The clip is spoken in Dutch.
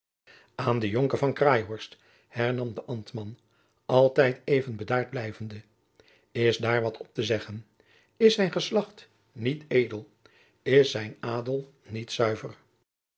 aan den jonker van craeihorst hernam de ambtman altijd even bedaard blijvende is daar wat op te zeggen is zijn geslacht niet edel is zijn adel niet zuiver